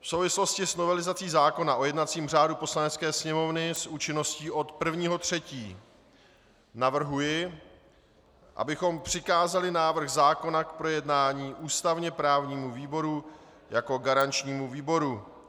V souvislosti s novelizací zákona o jednacím řádu Poslanecké sněmovny s účinností od 1. 3. navrhuji, abychom přikázali návrh zákona k projednání ústavněprávnímu výboru jako garančnímu výboru.